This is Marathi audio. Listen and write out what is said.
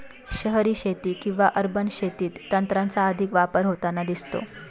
शहरी शेती किंवा अर्बन शेतीत तंत्राचा अधिक वापर होताना दिसतो